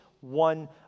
one